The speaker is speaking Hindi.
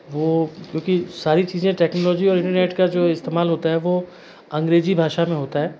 वो क्योंकि सारी चीज़ें टेक्नोलॉजी और इंटरनेट का जो इस्तेमाल होता वो अंग्रेजी भाषा में होता है